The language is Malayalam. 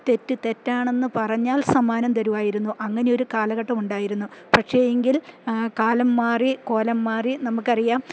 തെറ്റ് തെറ്റാണെന്ന് പറഞ്ഞാൽ സമ്മാനം തരുവായിരുന്നു അങ്ങനെയൊരു കാലഘട്ടം ഉണ്ടായിരുന്നു പക്ഷേ എങ്കിൽ കാലം മാറി കോലം മാറി നമുക്കറിയാം